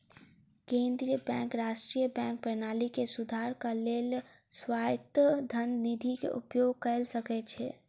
केंद्रीय बैंक राष्ट्रीय बैंक प्रणाली के सुधारक लेल स्वायत्त धन निधि के उपयोग कय सकै छै